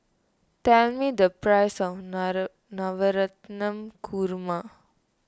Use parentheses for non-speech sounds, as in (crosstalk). tell me the price of (unintelligible) Korma